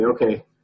okay